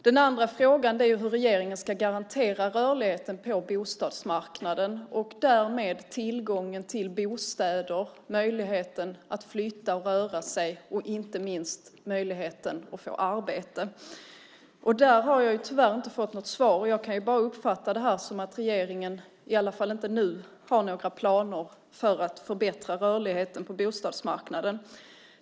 Den andra frågan är hur regeringen ska garantera rörligheten på bostadsmarknaden och därmed tillgången till bostäder och möjligheten att flytta och röra sig och inte minst möjligheten att få arbete. Där har jag tyvärr inte fått något svar. Jag kan bara uppfatta det som att regeringen i varje fall inte nu har några planer för att förbättra rörligheten på bostadsmarknaden.